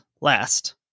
last